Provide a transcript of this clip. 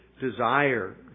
desire